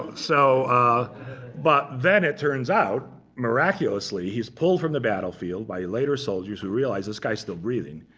so but then it turns out, miraculously he's pulled from the battlefield, by later soldiers who realize this guy's still breathing.